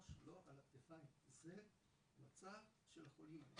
הראש לא על הכתפיים, זה המצב של החולים.